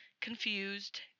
confused